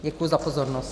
Děkuji za pozornost.